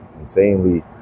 insanely